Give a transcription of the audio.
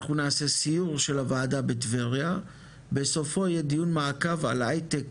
אנחנו נעשה סיור של הועדה בטבריה בסופו יהיה דיון מעקב על ההייטק